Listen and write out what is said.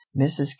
mrs